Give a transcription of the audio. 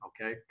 okay